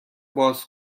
باز